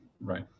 right